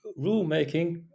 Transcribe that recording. rulemaking